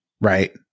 right